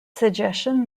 suggestion